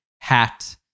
hat